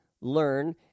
learn